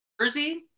Jersey